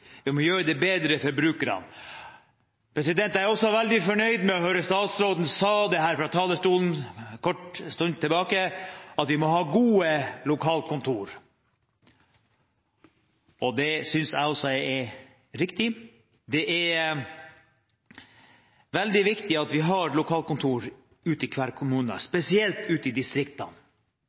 Vi har en del ting vi må rydde opp i. Vi må gjøre det bedre for brukerne. Jeg er også veldig fornøyd med å høre statsråden si fra talerstolen, for en kort stund siden, at vi må ha gode lokalkontor. Det synes jeg også er riktig. Det er veldig viktig at vi har lokalkontor ute i hver kommune, spesielt ute i distriktene.